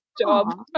job